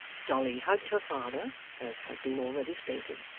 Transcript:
dolly hugged her father as has been already stated,